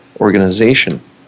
Organization